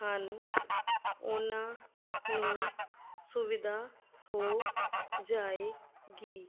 ਹਨ ਉਹਨਾਂ ਨੂੰ ਸੁਵਿਧਾ ਹੋ ਜਾਏਗੀ